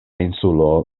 insulo